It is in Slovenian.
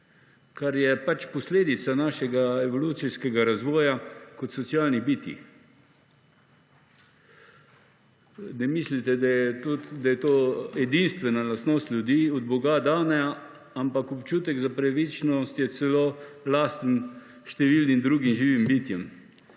(nadaljevanje) našega evolucijskega razvoja kot socialnih bitij. Ne mislite, da je to edinstvena lastnost ljudi od boga dana, ampak občutek za pravičnost je celo lasten številnim drugim živim bitjem,